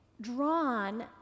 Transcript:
drawn